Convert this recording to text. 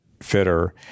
fitter